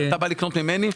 אתה בא לקנות ממני,